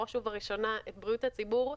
בראש ובראשונה את בריאות הציבור.